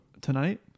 Tonight